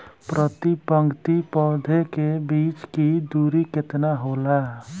प्रति पंक्ति पौधे के बीच की दूरी केतना होला?